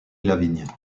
lavigne